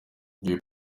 jay